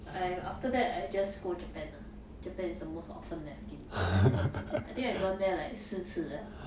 I after that I just go japan ah japan is the most often that I've been that I've gone to I think I gone there like 四次了